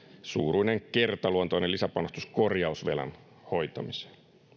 suuruinen kertaluontoinen lisäpanostus korjausvelan hoitamiseen